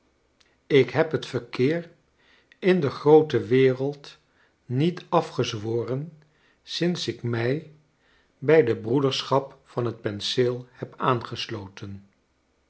ik heb het verkeer in de groote wereld niet afgezworen sinds ik mij bij de broederschap van het penseel heb aangesloten